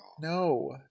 No